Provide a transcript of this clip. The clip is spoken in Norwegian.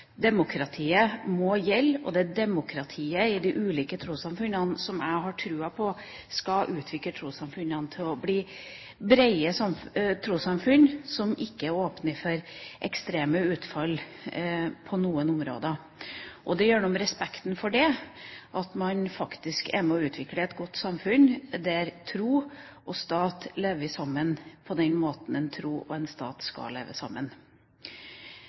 Demokratiet må gjelde. Jeg har tro på at demokratiet i de ulike trossamfunnene skal utvikle dem til å bli brede trossamfunn som ikke åpner for ekstreme utfall på noen områder. Det gjør noe med respekten for dem at man faktisk er med på å utvikle et godt samfunn, der tro og stat lever sammen på den måten en tro og en stat skal leve sammen.